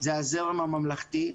זה הזרם הממלכתי.